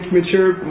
mature